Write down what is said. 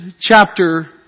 chapter